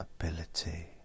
ability